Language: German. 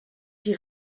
die